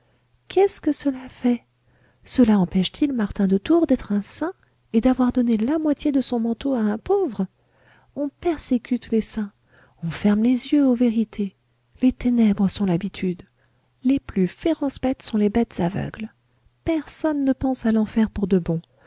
qu'est-ce que cela fait cela empêche t il martin de tours d'être un saint et d'avoir donné la moitié de son manteau à un pauvre on persécute les saints on ferme les yeux aux vérités les ténèbres sont l'habitude les plus féroces bêtes sont les bêtes aveugles personne ne pense à l'enfer pour de bon